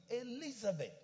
Elizabeth